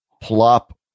plop